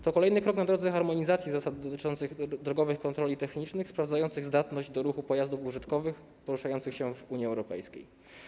To kolejny krok na drodze do harmonizacji zasad dotyczących drogowych kontroli technicznych sprawdzających zdatność do ruchu pojazdów użytkowych poruszających się w Unii Europejskiej.